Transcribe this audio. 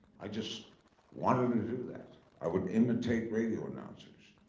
i just wanted to do that. i would imitate radio announcers.